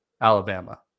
Alabama